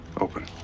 open